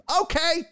Okay